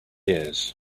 ears